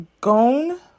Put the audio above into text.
Gone